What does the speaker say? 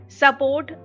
support